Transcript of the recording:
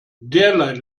derlei